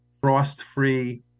frost-free